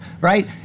right